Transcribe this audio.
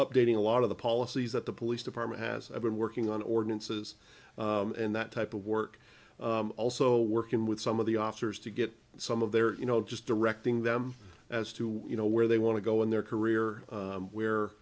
updating a lot of the policies that the police department has been working on ordinances and that type of work also working with some of the officers to get some of their you know just directing them as to what you know where they want to go in their career where